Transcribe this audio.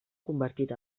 convertit